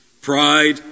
Pride